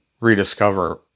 rediscover